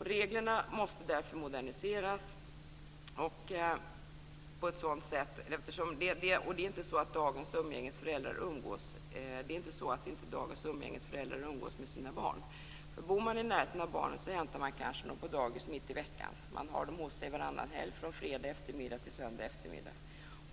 Reglerna måste därför moderniseras. Det är inte så dagens umgängesföräldrar umgås med sina barn. Bor man i närheten av barnen hämtar man dem kanske på dagis mitt i veckan, och man har dem hos sig varannan helg - från fredag eftermiddag till söndag eftermiddag.